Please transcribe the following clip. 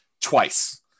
twice